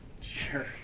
sure